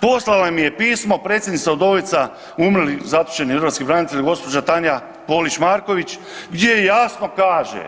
Poslala nam je pismo, predsjednica udovica umrlih i zatočenih hrvatskih branitelja gđa. Tanja Polić Marković gdje jasno kaže